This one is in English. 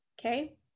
okay